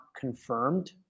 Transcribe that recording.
confirmed